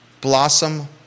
Blossom